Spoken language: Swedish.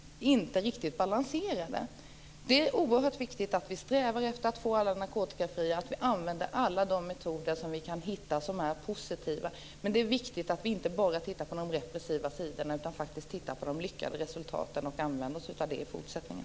Det är oerhört viktigt att vi strävar efter att få alla narkotikafria och använder alla de positiva metoder som vi kan hitta. Det är viktigt att vi inte bara tittar på de repressiva sidorna utan faktiskt tittar på de lyckade resultaten och använder oss av dem i fortsättningen.